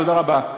תודה רבה.